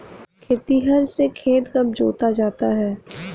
खेतिहर से खेत कब जोता जाता है?